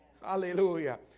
Hallelujah